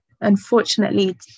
unfortunately